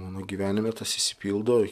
mano gyvenime tas išsipildo